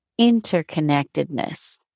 interconnectedness